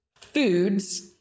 foods